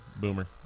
boomer